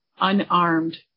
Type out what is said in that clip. unarmed